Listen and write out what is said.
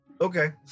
Okay